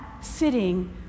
sitting